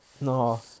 No